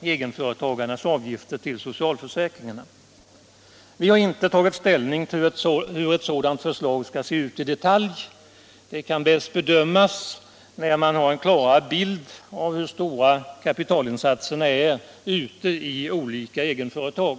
egenföretagarnas avgifter till socialförsäkringarna. Vi har inte tagit ställning till hur ett sådant förslag skulle se ut i detalj. Det kan bäst bedömas när man har en klarare bild av hur stora kapitalinsatserna är ute i olika egenföretag.